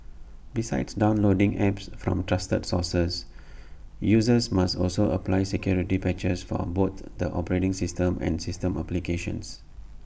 besides downloading apps from trusted sources users must also apply security patches for both the operating system and system applications